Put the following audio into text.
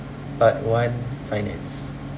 part one finance